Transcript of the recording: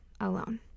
alone